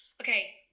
okay